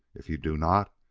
if you do not,